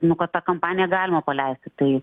nu kad tą kampaniją galima paleisti tai